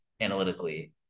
analytically